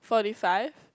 forty five